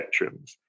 spectrums